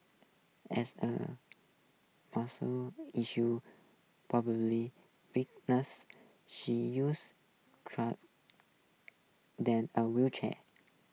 as her muscle issue probably weakness she used trust then a wheelchair